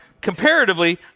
Comparatively